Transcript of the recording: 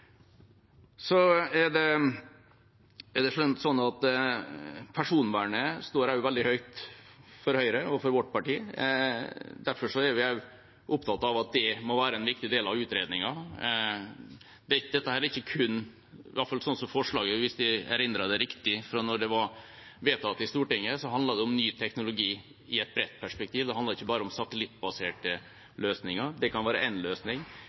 Personvernet står veldig høyt i Høyre, i vårt parti. Derfor er vi også opptatt av at det må være en viktig del av utredningen. Hvis jeg erindrer forslaget riktig fra da det ble vedtatt i Stortinget, handlet det om ny teknologi i et bredt perspektiv, det handlet ikke bare om satellittbaserte løsninger. Det kan være en løsning.